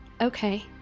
Okay